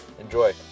Enjoy